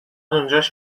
اونجاش